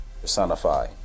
personify